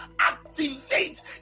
activate